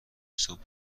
صبح